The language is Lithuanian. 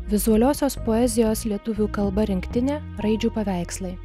vizualiosios poezijos lietuvių kalba rinktinė raidžių paveikslai